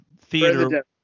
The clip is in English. theater